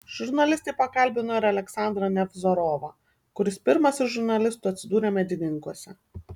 žurnalistai pakalbino ir aleksandrą nevzorovą kuris pirmas iš žurnalistų atsidūrė medininkuose